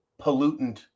pollutant